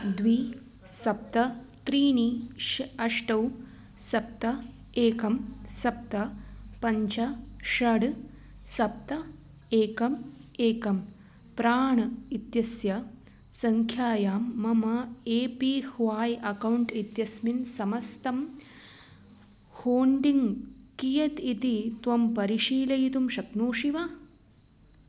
द्वि सप्त त्रीणि षट् अष्ट सप्त एकं सप्त पञ्च षट् सप्त एकम् एकं प्राण् इत्यस्य सङ्ख्यायां मम ए पी ह्वाय् अकौण्ट् इत्यस्मिन् समस्तं होण्डिङ्ग् कियत् इति त्वं परिशीलयितुं शक्नोषि वा